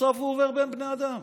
בסוף הוא עובר בין בני אדם,